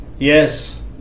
Yes